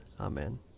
Amen